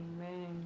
Amen